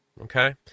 okay